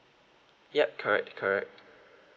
yup correct correct